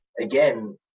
again